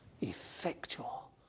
effectual